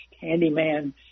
handyman